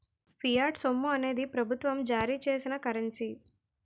fiat సొమ్ము అనేది ప్రభుత్వం జారీ చేసిన కరెన్సీ